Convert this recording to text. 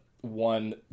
one